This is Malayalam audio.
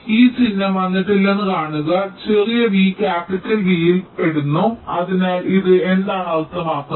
ഈ ചിഹ്നം വന്നിട്ടില്ലെന്ന് കാണുക ചെറിയ v ക്യാപിറ്റൽ V യിൽ പെടുന്നു അതിനാൽ ഇത് എന്താണ് അർത്ഥമാക്കുന്നത്